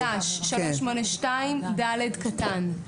סעיף 382(ד).